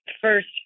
First